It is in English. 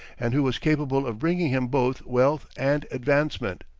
and who was capable of bringing him both wealth and advancement.